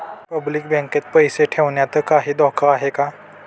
Public बँकेत पैसे ठेवण्यात काही धोका आहे का?